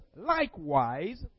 Likewise